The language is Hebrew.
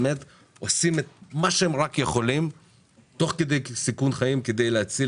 באמת עושים את מה שהם רק יכולים תוך כדי סיכון חיים כדי להציל